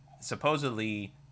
supposedly